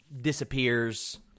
disappears